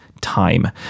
time